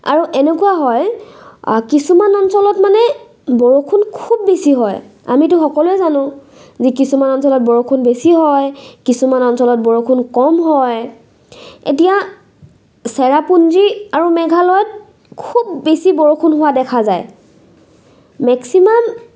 আৰু এনেকুৱা হয় কিছুমান অঞ্চলত মানে বৰষুণ খুব বেছি হয় আমিতো সকলোৱে জানোঁ যে কিছুমান অঞ্চলত বৰষুণ বেছি হয় কিছুমান অঞ্চলত বৰষুণ কম হয় এতিয়া চেৰাপুঞ্জী আৰু মেঘালয়ত খুব বেছি বৰষুণ হোৱা দেখা যায় মেক্সিমাম